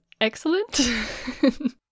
excellent